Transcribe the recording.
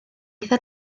eitha